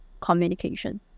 communication